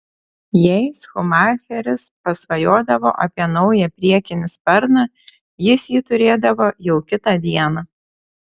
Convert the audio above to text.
jei schumacheris pasvajodavo apie naują priekinį sparną jis jį turėdavo jau kitą dieną